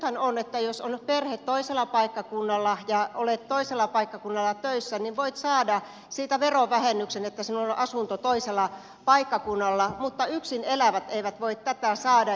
nythän on niin että jos on perhe toisella paikkakunnalla ja olet toisella paikkakunnalla töissä niin voit saada siitä verovähennyksen että sinulla on asunto toisella paikkakunnalla mutta yksin elävät eivät voi tätä saada